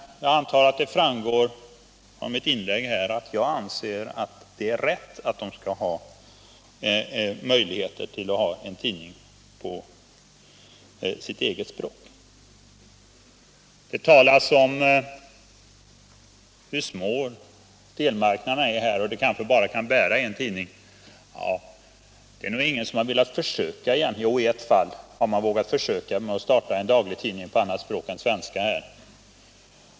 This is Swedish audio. Jag antar att det framgår av mitt inlägg här att jag anser att det är rätt att invandrarna skall få möjlighet att ha en tidning på sitt eget språk. Det talas om hur små delmarknaderna är och att de kanske bara kan bära en tidning. Det är nog endast i ett fall som man har vågat försöka starta en daglig tidning på annat språk än svenska.